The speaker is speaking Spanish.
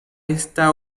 esta